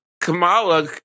Kamala